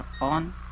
on